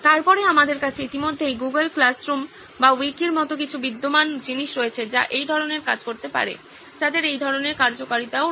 তারপরে আমাদের কাছে ইতিমধ্যেই গুগল ক্লাসরুম বা উইকির মতো কিছু বিদ্যমান জিনিস রয়েছে যা এই ধরণের কাজ করতে পারে যাদের একই ধরণের কার্যকারিতাও রয়েছে